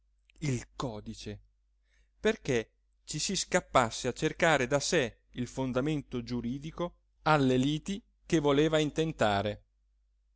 il codice perché ci si scapasse a cercare da sé il fondamento giuridico alle liti che voleva intentare